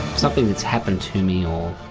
something that's happened to me